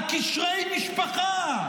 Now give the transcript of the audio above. על קשרי משפחה,